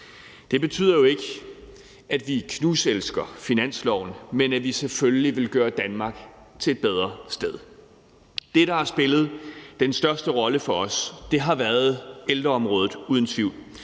Det betyder jo ikke, at vi knuselsker finansloven, men at vi selvfølgelig vil gøre Danmark til et bedre sted. Det, der har spillet den største rolle for os, har uden tvivl været ældreområdet, hvor vi